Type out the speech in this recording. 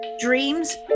Dreams